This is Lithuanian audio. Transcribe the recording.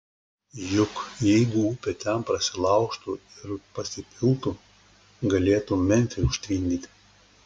juk jeigu upė ten prasilaužtų ir pasipiltų galėtų memfį užtvindyti